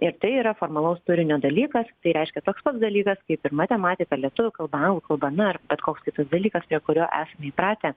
ir tai yra formalaus turinio dalykas tai reiškia toks pats dalykas kaip ir matematika lietuvių kalba anglų kalba na ir bet koks kitas dalykas prie kurio esam įpratę